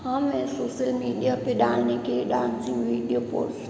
हाँ मैं social media पर डालने के डांसिंग वीडियो पोस्ट